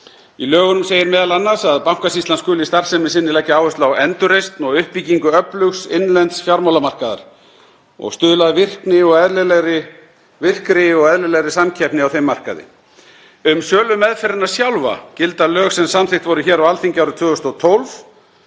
Í lögunum segir m.a. að Bankasýslan skuli í starfsemi sinni leggja áherslu á endurreisn og uppbyggingu öflugs innlends fjármálamarkaðar og stuðla að virkri og eðlilegri samkeppni á þeim markaði. Um sölumeðferðina sjálfa gilda lög sem samþykkt voru hér á Alþingi árið 2012.